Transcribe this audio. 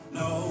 no